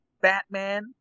Batman